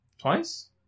Twice